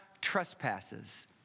trespasses